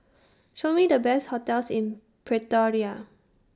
Show Me The Best hotels in Pretoria